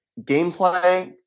gameplay